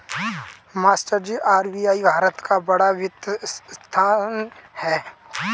मास्टरजी आर.बी.आई भारत का बड़ा वित्तीय संस्थान है